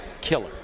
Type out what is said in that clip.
killer